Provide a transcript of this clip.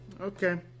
Okay